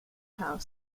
power